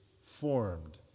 formed